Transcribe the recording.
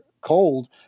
cold